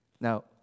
now